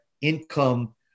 income